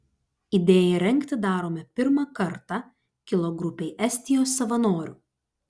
idėja rengti darome pirmą kartą kilo grupei estijos savanorių